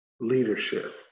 leadership